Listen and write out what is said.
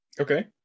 Okay